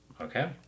okay